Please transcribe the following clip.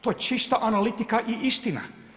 To je čista analitika i istina.